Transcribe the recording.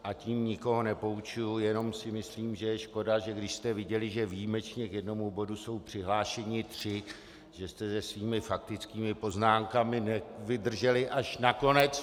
A tím nikoho nepoučuji, jenom si myslím, že je škoda, že když jste viděli, že výjimečně k jednomu bodu jsou přihlášeni tři, že jste se svými faktickými poznámkami nevydrželi až na konec.